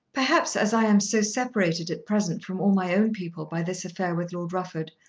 perhaps as i am so separated at present from all my own people by this affair with lord rufford,